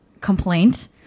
complaint